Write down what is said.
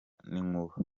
n’inkuba